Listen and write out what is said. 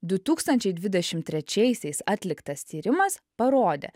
du tūkstančiai dvidešim trečiaisiais atliktas tyrimas parodė